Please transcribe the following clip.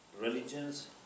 religions